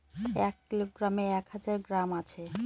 এক কিলোগ্রামে এক হাজার গ্রাম আছে